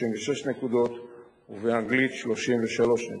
וכך גם התוצאות.